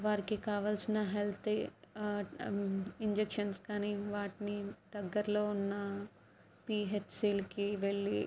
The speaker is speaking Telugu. వారికి కావాల్సిన హెల్త్ ఇంజెక్షన్స్ కాని వాటిని దగ్గరలో ఉన్న పీహెచ్సీలకి వెళ్ళి